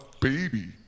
baby